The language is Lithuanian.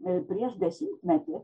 prieš dešimtmetį